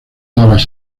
alas